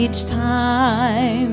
each time